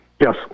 yes